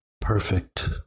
Perfect